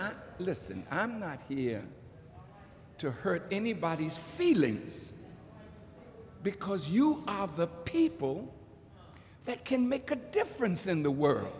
listen i'm not here to hurt anybody's feelings because you are the people that can make a difference in the world